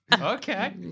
Okay